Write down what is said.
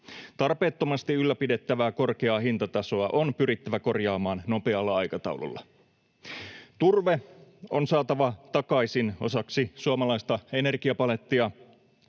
Tarpeettomasti ylläpidettävää korkeaa hintatasoa on pyrittävä korjaamaan nopealla aikataululla. Turve on saatava takaisin osaksi suomalaista energiapalettia.